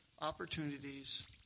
opportunities